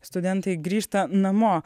studentai grįžta namo